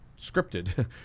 scripted